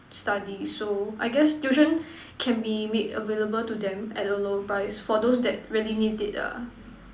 study so I guess tuition can be made available to them at a lower price for those that really need it ah